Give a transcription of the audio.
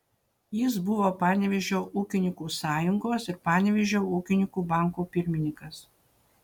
jis buvo panevėžio ūkininkų sąjungos ir panevėžio ūkininkų banko pirmininkas